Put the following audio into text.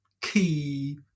key